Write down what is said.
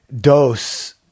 dose